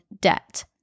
debt